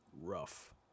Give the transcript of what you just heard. Rough